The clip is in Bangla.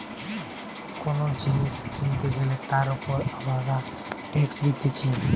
কোন জিনিস কিনতে গ্যালে তার উপর আমরা ট্যাক্স দিতেছি